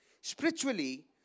Spiritually